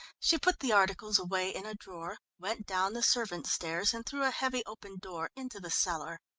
she put the articles away in a drawer, went down the servants' stairs and through a heavy open door into the cellar.